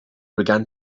began